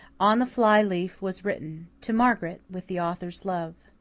on the fly-leaf was written, to margaret, with the author's love.